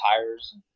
tires